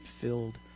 filled